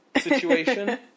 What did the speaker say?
situation